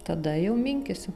tada jau minkysiu